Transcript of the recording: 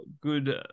good